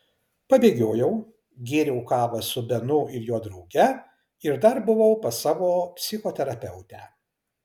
pabėgiojau gėriau kavą su benu ir jo drauge ir dar buvau pas savo psichoterapeutę